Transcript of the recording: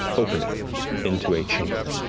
opening into a chamber.